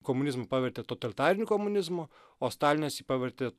komunizmą pavertė totalitariniu komunizmu o stalinas jį pavertė